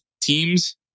teams